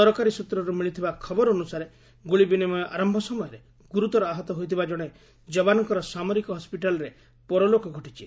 ସରକାରୀ ସ୍ନତ୍ରରୁ ମିଳିଥିବା ଖବର ଅନୁସାରେ ଗୁଳି ବିନିମୟ ଆରମ୍ଭ ସମୟରେ ଗୁରୁତର ଆହତ ହୋଇଥିବା ଜଣେ ଯବାନ୍ଙ୍କର ସାମରିକ ହୱିଟାଲ୍ରେ ପରଲୋକ ଘଟିଛି